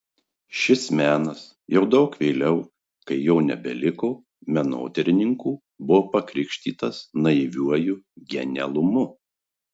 šis menas jau daug vėliau kai jo nebeliko menotyrininkų buvo pakrikštytas naiviuoju genialumu